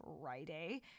Friday